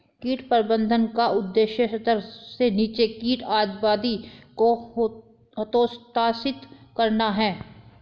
कीट प्रबंधन का उद्देश्य स्तर से नीचे कीट आबादी को हतोत्साहित करना है